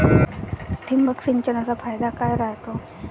ठिबक सिंचनचा फायदा काय राह्यतो?